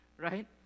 right